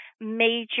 major